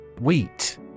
Wheat